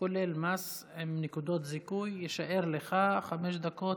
כולל מס עם נקודות זיכוי, יישארו לך חמש דקות.